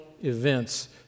events